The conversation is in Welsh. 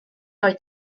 roi